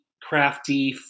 crafty